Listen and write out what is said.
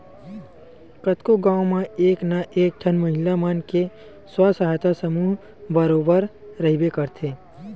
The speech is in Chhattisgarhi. कतको गाँव म एक ना एक ठन महिला मन के स्व सहायता समूह बरोबर रहिबे करथे